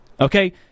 Okay